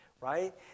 right